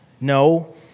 No